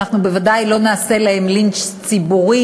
ואנחנו בוודאי לא נעשה להם לינץ' ציבורי